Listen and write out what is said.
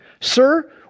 Sir